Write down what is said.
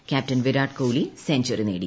captain Virat Kohli century നേടി